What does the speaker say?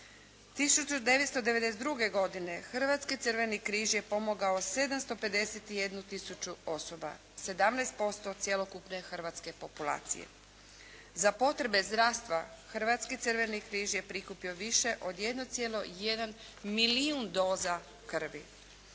1992. godine Hrvatski crveni križ je pomogao 751 tisuću osoba, 17% cjelokupne hrvatske populacije. Za potrebe zdravstva Hrvatski crveni križ je prikupio više od 1,1 milijun doza krvi.